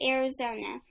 Arizona